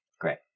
Great